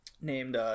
named